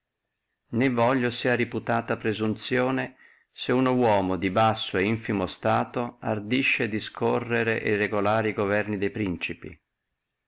né voglio sia reputata presunzione se uno uomo di basso et infimo stato ardisce discorrere e regolare e governi de principi